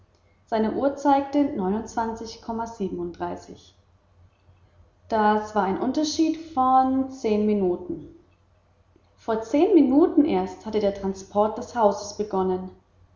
seine uhr zeigte das war ein unterschied von zehn minuten vor zehn minuten erst hatte der transport des hauses